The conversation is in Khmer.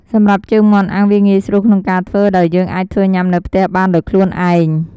សម្រាប់ជើងមាន់អាំង វាងាយស្រួលក្នុងការធ្វើ ដោយយើងអាចធ្វើញ៉ាំនៅផ្ទះបានដោយខ្លួនឯង។